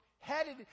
Headed